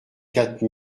quatre